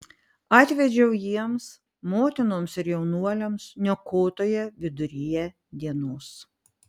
atvedžiau jiems motinoms ir jaunuoliams niokotoją viduryje dienos